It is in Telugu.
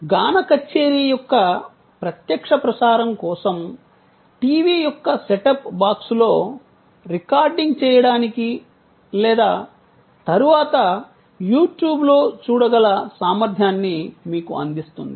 గాన కచ్చేరి యొక్క ప్రత్యక్ష ప్రసారం కోసం టీవీ యొక్క సెటప్ బాక్స్లో రికార్డింగ్ చేయడానికి లేదా తరువాత యూట్యూబ్లో చూడగల సామర్థ్యాన్ని మీకు అందిస్తుంది